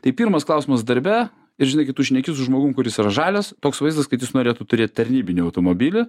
tai pirmas klausimas darbe ir žinai kai tu šneki su žmogum kuris yra žalias toks vaizdas kad jis norėtų turėt tarnybinį automobilį